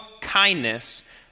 kindness